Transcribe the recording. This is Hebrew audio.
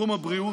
בתחום הבריאות,